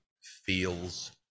feels